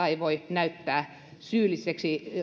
ei voi näyttää